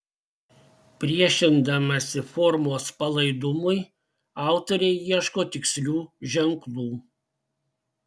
priešindamasi formos palaidumui autorė ieško tikslių ženklų